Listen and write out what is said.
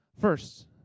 First